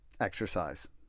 exercise